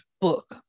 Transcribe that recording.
book